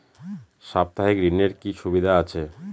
সাপ্তাহিক ঋণের কি সুবিধা আছে?